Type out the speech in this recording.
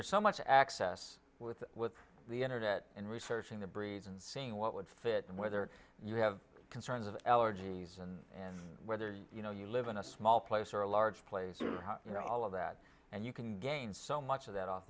there's so much access with with the internet and researching the breeds and seeing what would fit and whether you have concerns of allergies and and whether you know you live in a small place or a large place you know all of that and you can gain so much of that off